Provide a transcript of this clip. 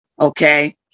Okay